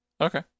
okay